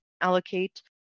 allocate